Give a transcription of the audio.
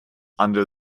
under